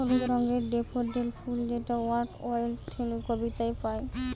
হলুদ রঙের ডেফোডিল ফুল যেটা ওয়ার্ডস ওয়ার্থের কবিতায় পাই